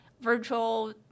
virtual